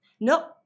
no